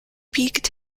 peaked